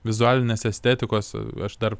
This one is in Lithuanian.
vizualinės estetikos aš dar